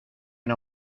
una